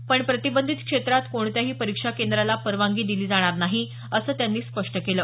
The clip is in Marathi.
पण प्रतिबंधित क्षेत्रात कोणत्याही परीक्षा केंद्राला परवानगी दिली जाणार नाही असं त्यांनी स्पष्ट केलं